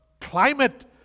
climate